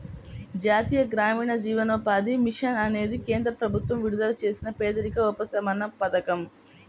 జాతీయ గ్రామీణ జీవనోపాధి మిషన్ అనేది కేంద్ర ప్రభుత్వం విడుదల చేసిన పేదరిక ఉపశమన పథకం